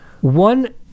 one